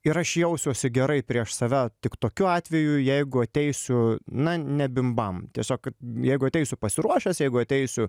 ir aš jausiuosi gerai prieš save tik tokiu atveju jeigu ateisiu na ne bim bam tiesiog kad jeigu ateisiu pasiruošęs jeigu ateisiu